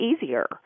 easier